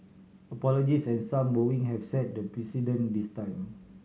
apologies and some bowing have set the precedent this time